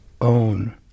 own